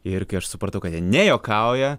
ir aš supratau kad jie nejuokauja